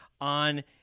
on